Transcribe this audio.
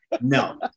no